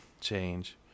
change